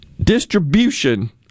distribution